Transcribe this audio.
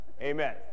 Amen